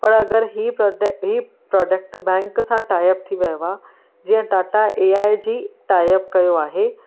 पर अगरि हीअ प्रोडक्ट बैंक सां टाए अप थी वियो आहे जीअं Tata A I G tie up कयो आहे